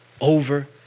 over